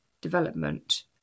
development